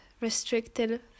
restricted